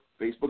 Facebook